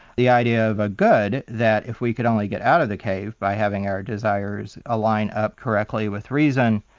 the idea of a good that if we could only get out of the cave by having our desires align up correctly with reason,